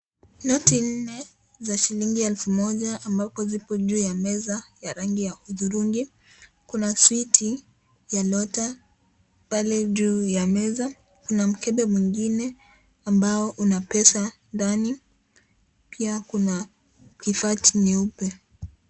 Noti nne za shilingi elfu moja ambapo zipo juu ya meza ya rangi hudhurungi. Kuna switi ya lota pale juu ya meza, kuna mkebe mwingine ambao una pesa ndani pia kuna kifaa cheupe.